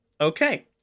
Okay